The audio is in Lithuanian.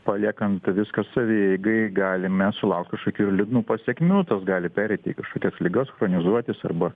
paliekant viską savieigai galime sulaukt kažkokių ir liūdnų pasekmių tas gali pereit į kažkokias ligas chronizuotis arba